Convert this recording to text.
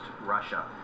Russia